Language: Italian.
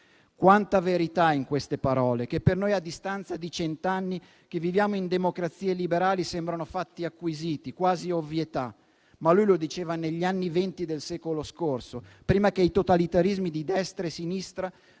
Quanta verità in queste parole che, a distanza di cent'anni, per noi che viviamo in democrazie liberali sembrano fatti acquisiti, quasi ovvietà, ma lui lo diceva negli anni Venti del secolo scorso, prima che i totalitarismi di destra e sinistra